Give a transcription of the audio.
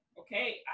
okay